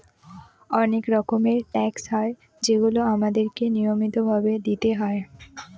অনেক রকমের ট্যাক্স হয় যেগুলো আমাদেরকে নিয়মিত ভাবে দিতে হয়